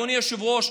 אדוני היושב-ראש,